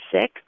sick